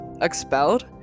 expelled